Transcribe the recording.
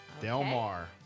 Delmar